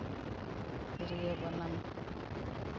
ᱛᱨᱤᱭᱳ ᱵᱟᱱᱟᱢ